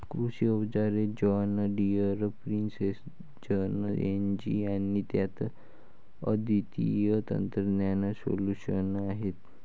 कृषी अवजारे John Deere precision AG आणि त्यात अद्वितीय तंत्रज्ञान सोल्यूशन्स आहेत